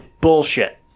Bullshit